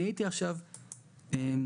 לו זו הייתה עבודה מועדפת היינו יכולים - שוב,